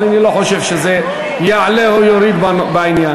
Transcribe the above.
אבל אני לא חושב שזה יעלה או יוריד בעניין.